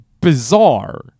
bizarre